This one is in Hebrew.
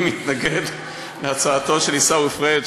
אני מתנגד להצעתו של עיסאווי פריג',